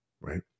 right